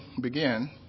begin